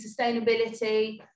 sustainability